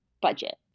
budget